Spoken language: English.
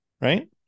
right